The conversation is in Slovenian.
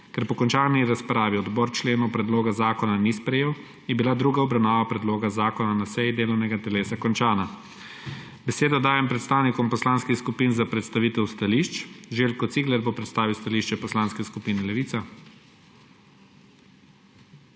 Ker po končani razpravo odbor členov predloga zakona ni sprejel, je bila druga obravnava predloga zakona na seji delovnega telesa končana. Besedo dajem predstavnikom poslanskih skupin za predstavitev stališč. Željko Cigler bo predstavil stališče Poslanske skupine Levica.